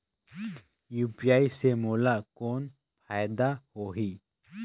UPI से मोला कौन फायदा होही?